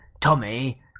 Tommy